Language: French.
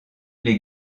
les